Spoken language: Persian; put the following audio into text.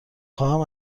خواهم